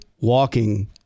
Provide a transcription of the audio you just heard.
walking